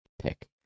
pick